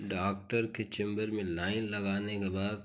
doctor के chamber में line लगाने के बाद